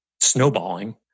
snowballing